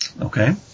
Okay